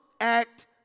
act